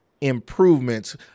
improvements